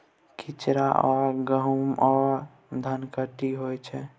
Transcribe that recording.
कचिया सँ गहुम आ धनकटनी होइ छै